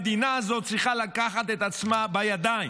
המדינה הזאת צריכה לקחת את עצמה בידיים,